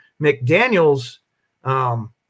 McDaniels